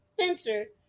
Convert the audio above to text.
Spencer